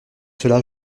cela